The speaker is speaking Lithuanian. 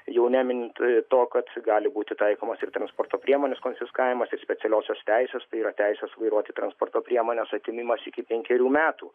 jau neminint to kad gali būti taikomas ir transporto priemonės konfiskavimas ir specialiosios teisės tai yra teisės vairuoti transporto priemones atėmimas iki penkerių metų